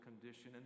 condition